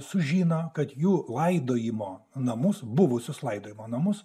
sužino kad jų laidojimo namus buvusius laidojimo namus